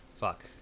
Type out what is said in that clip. Fuck